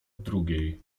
drugiej